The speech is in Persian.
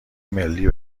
ملی